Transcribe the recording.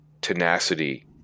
tenacity